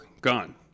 gone